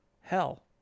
hell